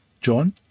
John